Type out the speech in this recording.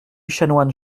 chanoine